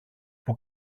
που